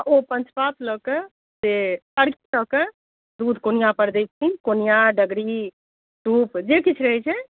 ओ पञ्चपात लऽ कऽ से अर्घ्य दऽ कऽ दूध कोनिआपर दै छथिन कोनिआ डगरी सूप जे किछु रहै छै